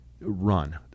run